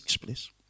please